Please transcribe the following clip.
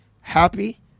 happy